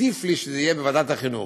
עדיף לי שזה יהיה בוועדת החינוך.